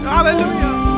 Hallelujah